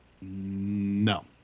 No